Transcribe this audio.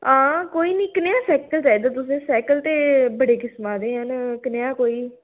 हां कोई निं कनेहा साइकल चाहिदा तुसें साइकल ते बड़े किस्मां दे न कनेहा कोई